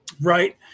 right